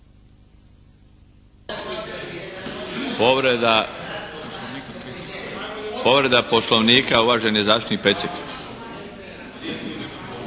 Povreda Poslovnika uvaženi zastupnik Pecek.